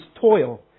toil